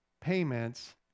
payments